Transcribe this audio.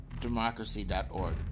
democracy.org